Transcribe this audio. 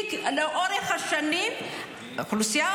כי לאורך השנים אוכלוסייה